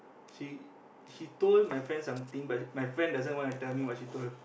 she she told my friend something but my friend doesn't want to tell me what she told